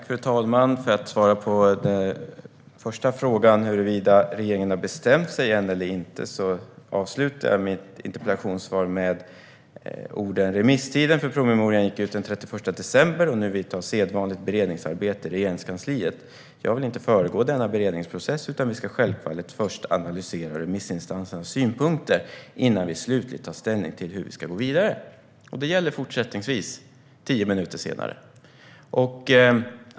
Fru talman! När det gäller den första frågan, om huruvida regeringen har bestämt sig än eller inte, avslutade jag mitt interpellationssvar med orden: Remisstiden för promemorian gick ut den 31 december, och nu vidtar sedvanligt beredningsarbete i Regeringskansliet. Jag vill inte föregå denna beredningsprocess, utan vi ska självfallet först analysera remissinstansernas synpunkter innan vi slutligt tar ställning till hur vi ska gå vidare. Det gäller fortsättningsvis - tio minuter senare.